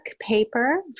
paper